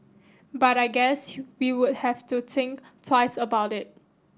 but I guess we would have to think twice about it